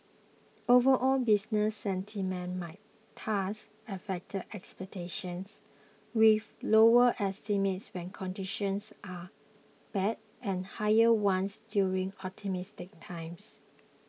overall business sentiment might thus affect expectations with lower estimates when conditions are bad and higher ones during optimistic times